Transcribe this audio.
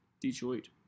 Detroit